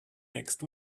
next